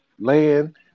land